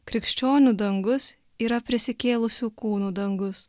krikščionių dangus yra prisikėlusių kūnų dangus